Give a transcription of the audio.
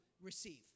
receive